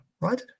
right